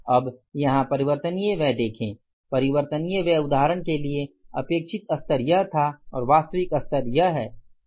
अब परिवर्तनीय व्यय यहाँ देखें परिवर्तनीय व्यय उदाहरण के लिए अपेक्षित स्तर यह था और वास्तविक स्तर यह है